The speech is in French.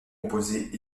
composées